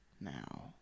now